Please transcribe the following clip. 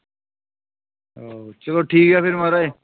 आहो चलो ठीक ऐ भी महाराज